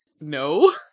no